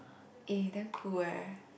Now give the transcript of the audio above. eh damn cool eh